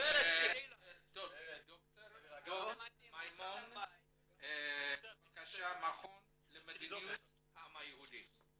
ד"ר דב מימון, מהמכון למדיניות העם היהודי.